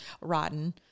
rotten